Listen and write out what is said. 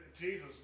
Jesus